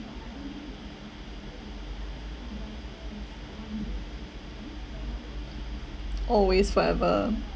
always forever